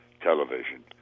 television